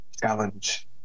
Challenge